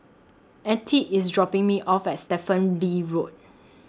Attie IS dropping Me off At Stephen Lee Road